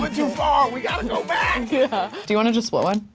went too far, we gotta go back! yeah, do you wanna just split one?